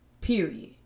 Period